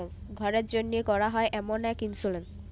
ঘ্যরের জ্যনহে ক্যরা হ্যয় এমল ইক ইলসুরেলস